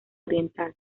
oriental